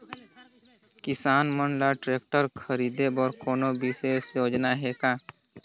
किसान मन ल ट्रैक्टर खरीदे बर कोनो विशेष योजना हे का?